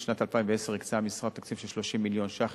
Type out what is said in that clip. בשנת 2010 הקצה המשרד תקציב של 30 מיליון ש"ח